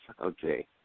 Okay